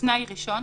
שכתנאי ראשון,